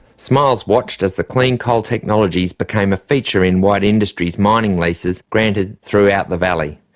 smiles watched as the clean coal technologies became a feature in white industries' mining leases granted throughout the valley.